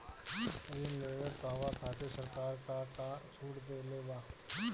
ऋण लेवे कहवा खातिर सरकार का का छूट देले बा?